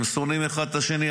הם שונאים אחד את השני,